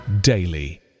daily